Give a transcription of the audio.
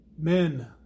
men